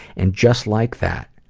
and just like that,